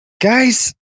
Guys